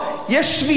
יש שביתה,